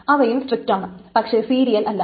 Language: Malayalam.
അവയും സ്ട്രിക്റ്റാണ് പക്ഷേ സീരിയൽ അല്ല